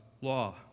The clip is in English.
law